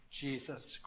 Jesus